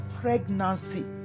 pregnancy